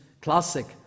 classic